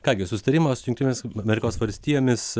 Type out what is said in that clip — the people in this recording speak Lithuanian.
ką gi susitarimą su jungtinėmis amerikos valstijomis